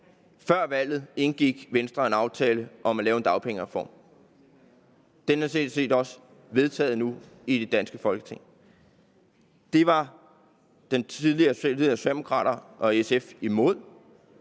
Før valget indgik Venstre en aftale om at lave en dagpengereform. Den er også vedtaget nu i det danske Folketing. Den var Socialdemokraterne og SF sådan